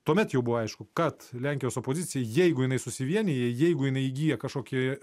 tuomet jau buvo aišku kad lenkijos opozicijai jeigu jinai susivienija jeigu jinai įgyja kažkokį